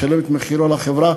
משלם מחיר לחברה,